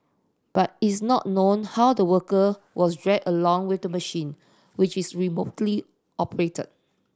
but it's not known how the worker was dragged along with the machine which is remotely operated